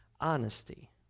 honesty